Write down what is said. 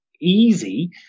easy